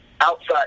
outside